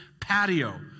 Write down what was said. patio